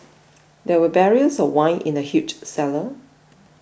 there were barrels of wine in the huge cellar